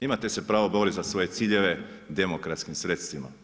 Imate se pravo boriti za svoje ciljeve demokratskim sredstvima.